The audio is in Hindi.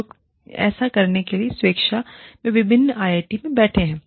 जो ऐसा करने के लिए स्वेच्छा से विभिन्न आईआईटी में बैठे हैं